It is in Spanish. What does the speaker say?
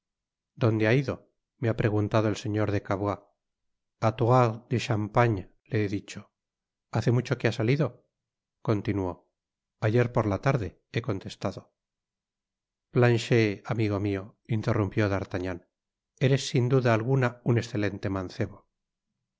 dónde ha ido me ha preguntado el señor de cavois á troyes de champaña le he dicho hace mucho que ha salido continuó ayer por la tarde he contestado planchet amigo interrumpió d'artagnan eres sin duda alguna un escelente mancebo ya